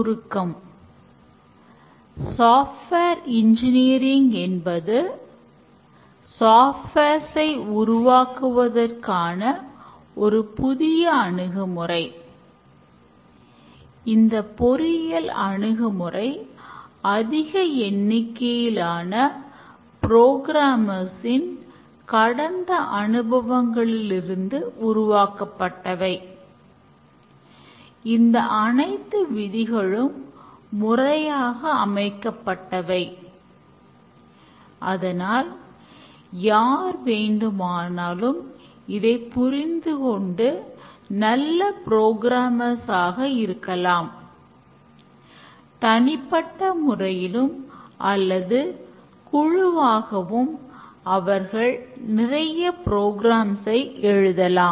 சுருக்கம் software engineering ஐ எழுதலாம்